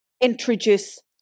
introduce